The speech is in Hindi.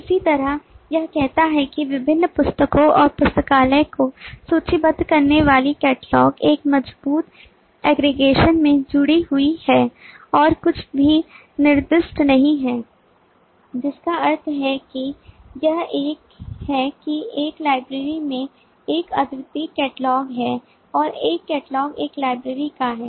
इसी तरह यह कहता है कि विभिन्न पुस्तकों और पुस्तकालय को सूचीबद्ध करने वाली कैटलॉग एक मजबूत aggregation में जुड़ी हुई है और कुछ भी निर्दिष्ट नहीं है जिसका अर्थ है कि यह एक है कि एक लाइब्रेरी में एक अद्वितीय कैटलॉग है और एक कैटलॉग एक लाइब्रेरी का है